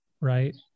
right